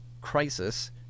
crisis